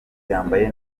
yambaye